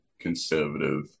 conservative